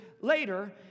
later